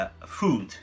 food